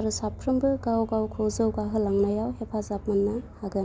आरो साफ्रोमबो गाव गावखौ जौगाहोलांनायाव हेफाजाब मोन्नो हागोन